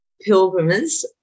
pilgrims